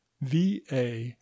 VA